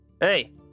Hey